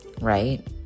right